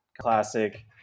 classic